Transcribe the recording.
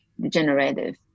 degenerative